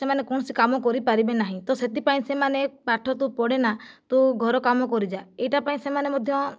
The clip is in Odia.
ସେମାନେ କୌଣସି କାମ କରିପାରିବେ ନାହିଁ ତ ସେଥିପାଇଁ ସେମାନେ ପାଠ ତୁ ପଢ଼େ ନା ତୁ ଘର କମ କରିଯା ଏହିଟା ପାଇଁ ସେମାନେ ମଧ୍ୟ